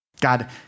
God